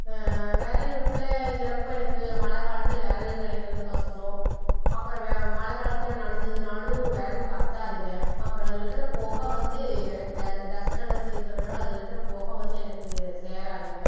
விறகடுப்புலங்கிறப்ப எனக்கு மழை காலத்தில் விறகு கிடைக்கிறது கஷ்டம் அப்புறம் மழை காலத்தில் நனஞ்சிதுனாலும் விறகு பற்றாதுங்க அப்புறம் அதில் இருக்கிற புக வந்து எனக்கு ட டஸ்ட் அலர்ஜி இருக்கிறதுனால அதில் இருக்கிற புக வந்து எனக்கு சேராதுங்க